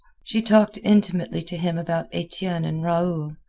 she talked intimately to him about etienne and raoul.